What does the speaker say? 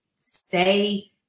say